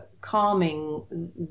calming